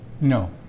No